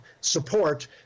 support